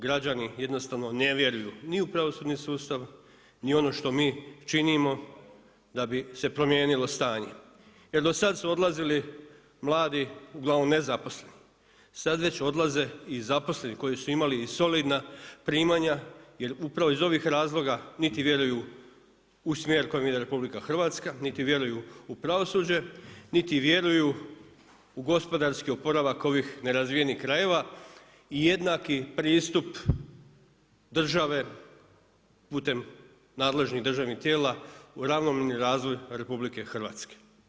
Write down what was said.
Građani jednostavno ne vjeruju ni u pravosudni sustav ni ono što mi činimo da bi se promijenilo stanje jer do sad su odlazili mladi uglavnom nezaposleni, sad već odlaze i zaposleni koji su imali i solidna primanja jer upravo iz ovih razloga niti vjeruju u smjer u kojem ide RH niti vjeruju u pravosuđe niti vjeruju u gospodarski oporavak ovih nerazvijenih krajeva i jednaki pristup države putem nadležnih državnih tijela u ravnomjerni razvoj RH.